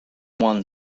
won